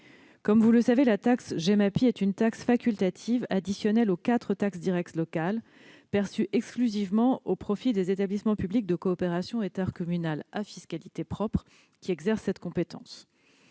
Comme vous le savez, la taxe Gemapi est une taxe facultative, additionnelle aux quatre taxes directes locales, perçue exclusivement au profit des établissements publics de coopération intercommunale, les EPCI, à fiscalité propre qui exercent cette compétence